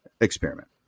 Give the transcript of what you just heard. experiment